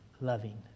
loving